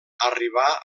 arribà